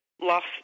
lost